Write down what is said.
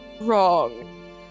wrong